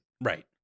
Right